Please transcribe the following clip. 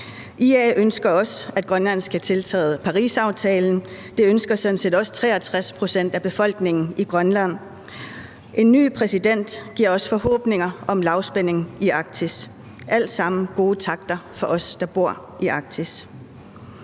IA ønsker også, at Grønland skal tiltræde Parisaftalen, og det ønsker 63 pct. af befolkningen i Grønland sådan set også. En ny præsident giver også forhåbninger om lavspænding i Arktis. Det er alt sammen gode takter for os, der bor i Arktis.